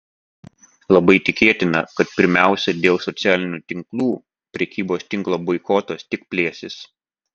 labai tikėtina kad pirmiausia dėl socialinių tinklų prekybos tinklo boikotas tik plėsis